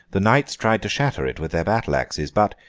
the knights tried to shatter it with their battle axes but,